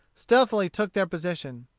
stealthily took their position.